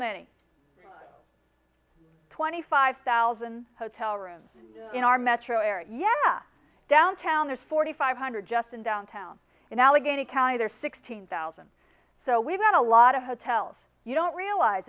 many twenty five thousand hotel rooms in our metro area yeah downtown there's forty five hundred just in downtown in allegheny county there's sixteen thousand so we've got a lot of hotels you don't realize